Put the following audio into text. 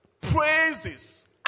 praises